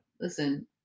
Listen